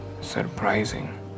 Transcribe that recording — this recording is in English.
surprising